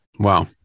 Wow